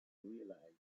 realized